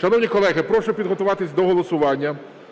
Шановні колеги, прошу підготуватись до голосування.